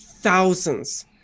thousands